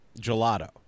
gelato